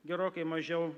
gerokai mažiau